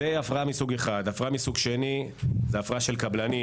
הסוג השני של הפרעה היא הפרעה של קבלנים